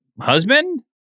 husband